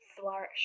flourish